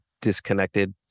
disconnected